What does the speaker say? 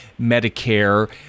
Medicare